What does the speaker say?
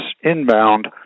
inbound